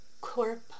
corp